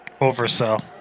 Oversell